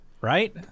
Right